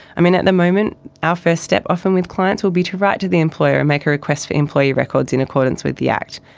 i mean, at the moment our first step often with clients will be to write to the employer and make a request for employee records in accordance with the act.